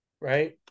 right